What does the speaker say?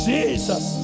Jesus